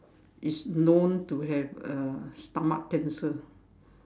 is known to have uh stomach cancer